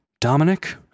Dominic